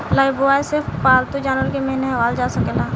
Lifebuoy से पाल्तू जानवर के नेहावल जा सकेला